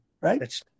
right